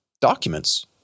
documents